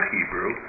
Hebrew